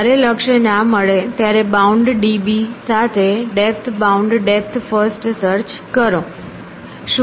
જ્યારે લક્ષ્ય ના મળે ત્યારે બાઉન્ડ d b સાથે depth bound depth first search કરો